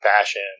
fashion